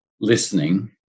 listening